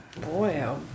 boy